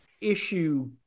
issue